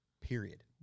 period